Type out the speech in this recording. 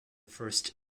first